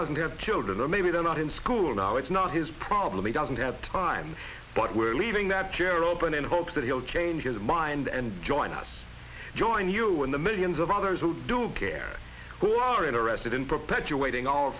doesn't have children or maybe they're not in school now it's not his problem he doesn't have time but we're leaving that chair open in hopes that he'll change his mind and join us join you in the millions of others who do care who are interested in perpetuating